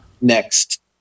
Next